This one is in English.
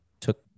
took